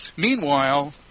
Meanwhile